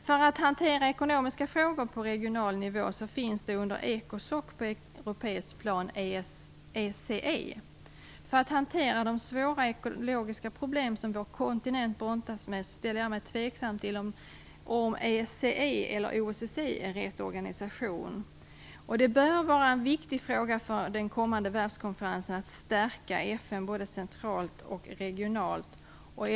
För att hantera ekonomiska frågor på regional nivå finns under Ecosoc på europeiskt plan ECE. För att hantera de svåra ekologiska problem som vår kontinent brottas med ställer jag mig tveksam till om vare sig ECE eller OSSE är rätt organisation. Det bör vara en viktig fråga för den kommande världskonferensen att stärka FN både centralt och regionalt.